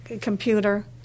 computer